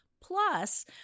Plus